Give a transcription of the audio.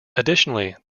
additionally